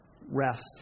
rest